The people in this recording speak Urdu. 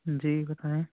جی بتائیں